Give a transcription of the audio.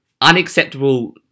unacceptable